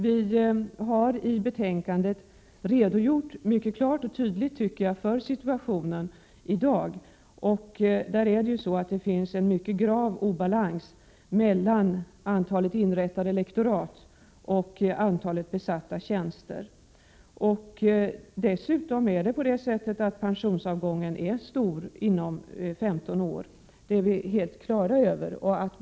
Vi har i betänkandet redogjort mycket klart och tydligt för situationen i dag. Det finns en grav obalans mellan antalet inrättade lektorat och antalet besatta tjänster. Pensionsavgången är dessutom stor inom 15 år — det är vi helt på det klara med.